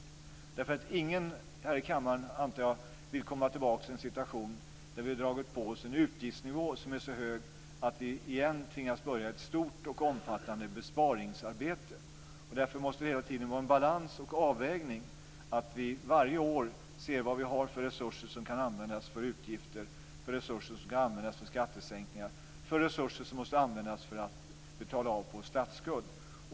Jag antar att ingen här i kammaren vill komma tillbaka till en situation där vi har dragit på oss en utgiftsnivå som är så hög att vi återigen tvingas börja ett stort och omfattande besparingsarbete. Därför måste det hela tiden vara en balans och en avvägning, så att vi varje år ser vilka resurser som kan användas för utgifter, vilka resurser som kan användas för skattesänkningar och vilka resurser som måste användas för att betala av på vår statsskuld.